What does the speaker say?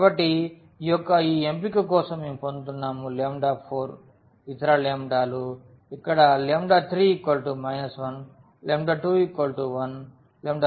కాబట్టి ఈ యొక్క ఈ ఎంపిక కోసం మేము పొందుతున్నాము 4 ఇతర లాంబ్డాలు ఇక్కడ 3 12 11 1